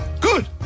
Good